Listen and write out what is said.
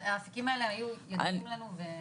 האפיקים שכתבתם בתיקון היו ידועים לנו ואנחנו.